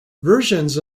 versions